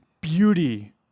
beauty